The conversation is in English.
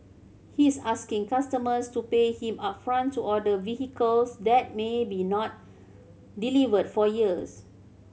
he's asking customers to pay him upfront to order vehicles that may be not delivered for years